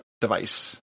device